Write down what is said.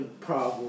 problem